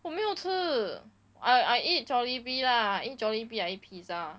我没有吃 I I eat jollibee lah I eat jollibee I eat pizza